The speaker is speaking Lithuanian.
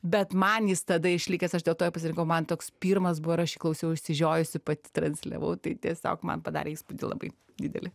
bet man jis tada išlikęs aš dėl to jį pasirinkau man toks pirmas buvo ir aš jį klausiau išsižiojusi pati transliavau tai tiesiog man padarė įspūdį labai didelį